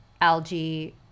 algae